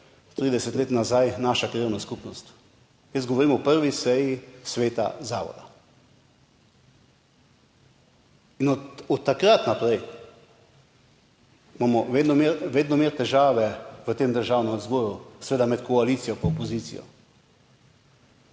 30 let nazaj, naša krajevna skupnost. Jaz govorim o prvi seji sveta zavoda. In od takrat naprej imamo vedno imeli težave v tem Državnem zboru, seveda med koalicijo in opozicijo,